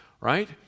Right